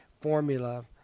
formula